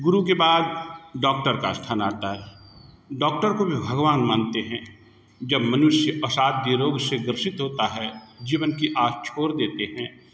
गुरु के बाद डॉक्टर का स्थान आता है डॉक्टर को भी भगवान मानते हैं जब मनुष्य असाध्य रोग से ग्रसित होता है जीवन की आस छोड़ देते हैं